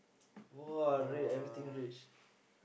yeah